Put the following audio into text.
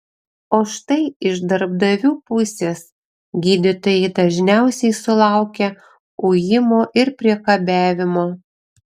o štai iš darbdavių pusės gydytojai dažniausiai sulaukia ujimo ir priekabiavimo